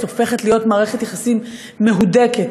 הופכת להיות מערכת יחסים מהודקת,